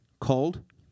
called